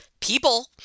people